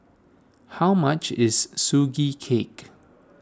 how much is Sugee Cake